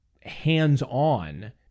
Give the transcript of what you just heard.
hands-on